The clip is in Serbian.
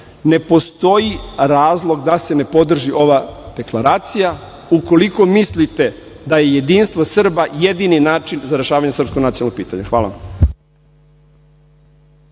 Ne postoji razlog da se ne podrži ova deklaracija ukoliko mislite da je jedinstvo Srba jedini način za rešavanje srpskog nacionalnog pitanja. Hvala